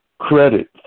credit